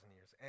years